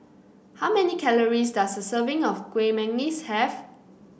how many calories does a serving of Kueh Manggis have